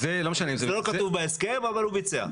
זה לא כתוב בהסכם, אבל הוא ביצע.